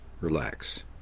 relax